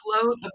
float